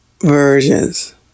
versions